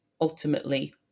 ultimately